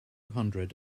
hundred